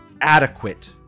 adequate